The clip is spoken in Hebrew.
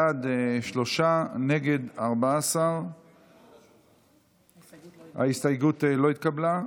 בעד, שלושה, נגד, 14. ההסתייגות לא התקבלה.